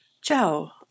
Ciao